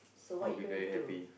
I'll be very happy